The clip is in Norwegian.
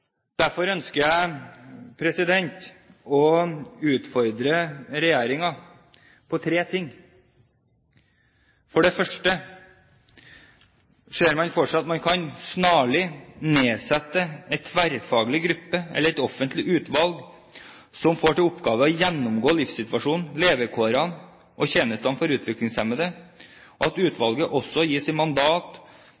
Derfor ønsker jeg å utfordre regjeringen på tre ting. For det første: Ser man for seg at man snarlig kan nedsette en tverrfaglig gruppe eller et offentlig utvalg som får til oppgave å gjennomgå livssituasjonen, levekårene og tjenestene for utviklingshemmede, og at